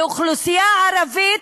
כאוכלוסייה ערבית,